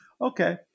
okay